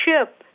ship